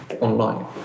online